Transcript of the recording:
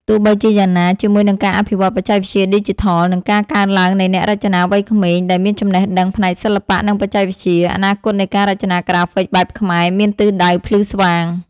ទោះបីជាយ៉ាងណា ជាមួយនឹងការអភិវឌ្ឍបច្ចេកវិទ្យាឌីជីថល និងការកើនឡើងនៃអ្នករចនាវ័យក្មេងដែលមានចំណេះដឹងផ្នែកសិល្បៈ និងបច្ចេកវិទ្យា អនាគតនៃការរចនាក្រាហ្វិកបែបខ្មែរមានទិសដៅភ្លឺស្វាង។